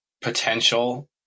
potential